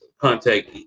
contact